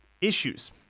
issues